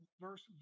verse